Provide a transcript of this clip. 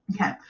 Okay